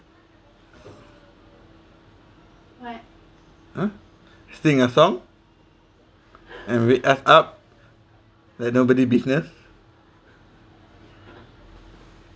!huh! sing a song and wake us up that nobody business